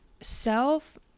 self